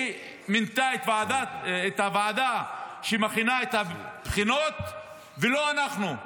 היא מינתה את הוועדה שמכינה את הבחינות ולא אנחנו,